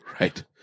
Right